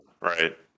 right